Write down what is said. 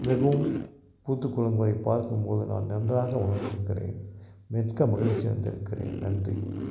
மிகவும் பூத்துக் குலுங்குவதை பார்க்கும் போது நான் நன்றாக உணர்ந்திருக்கிறேன் மிக்க மகிழ்ச்சி அடைந்திருக்கிறேன் நன்றி